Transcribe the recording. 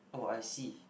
oh I see